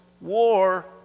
war